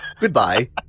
Goodbye